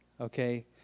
okay